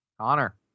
Connor